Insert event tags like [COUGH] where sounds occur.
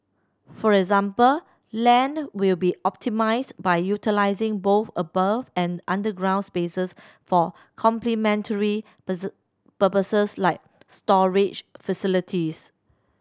for example land will be optimised by utilising both above and underground spaces for complementary [UNINTELLIGIBLE] purposes like storage facilities